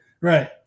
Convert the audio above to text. Right